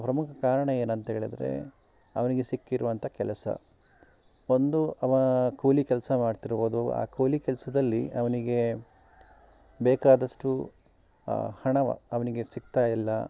ಪ್ರಮುಖ ಕಾರಣ ಏನಂಥೇಳಿದ್ರೆ ಅವನಿಗೆ ಸಿಕ್ಕಿರುವಂಥ ಕೆಲಸ ಒಂದು ಅವ ಕೂಲಿ ಕೆಲಸ ಮಾಡ್ತಿರಬಹ್ದು ಆ ಕೂಲಿ ಕೆಲಸದಲ್ಲಿ ಅವನಿಗೆ ಬೇಕಾದಷ್ಟು ಆ ಹಣ ಅವನಿಗೆ ಸಿಗ್ತಾಯಿಲ್ಲ